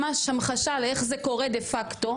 ממש המחשה לאיך זה קורה דה-פקטו.